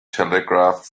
telegraph